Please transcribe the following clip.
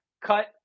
cut